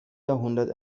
jahrhundert